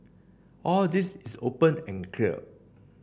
all this is open and clear